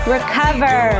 Recover